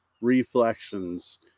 Reflections